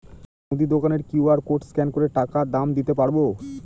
আমার মুদি দোকানের কিউ.আর কোড স্ক্যান করে টাকা দাম দিতে পারব?